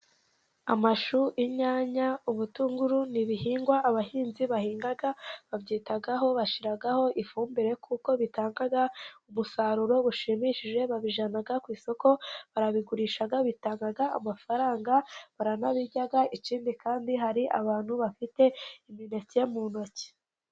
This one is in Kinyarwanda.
Amashu, inyanya n'ubutunguru ni ibihingwa abahinzi bahinga babyitayeho. Bashyiraho ifumbire kuko bitanga umusaruro ushimishije babijyana ku isoko bakabigurishag bigatanga amafaranga. Baranabirya ikindi kandi hari abantu bafite imigati mu ntoki.